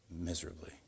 miserably